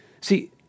See